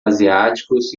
asiáticos